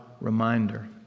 reminder